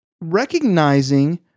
recognizing